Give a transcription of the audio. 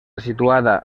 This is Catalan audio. situada